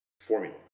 formula